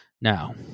Now